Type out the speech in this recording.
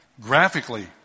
graphically